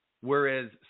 whereas